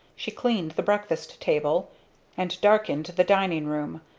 she cleaned the breakfast table and darkened the dining-room,